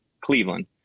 Cleveland